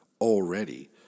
already